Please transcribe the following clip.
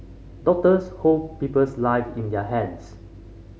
doctors hold people's live in their hands